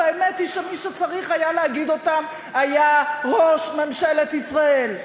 והאמת היא שמי שצריך להגיד אותם זה ראש ממשלת ישראל.